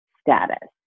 status